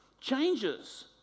changes